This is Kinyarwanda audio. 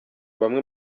bamwe